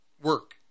work